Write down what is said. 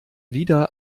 wieder